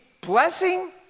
blessing